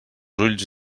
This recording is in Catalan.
ulls